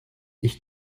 ich